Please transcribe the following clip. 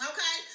Okay